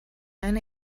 eine